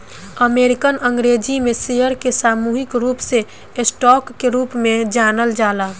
American अंग्रेजी में share के सामूहिक रूप से स्टॉक के रूप में जानल जाला